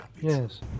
Yes